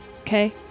Okay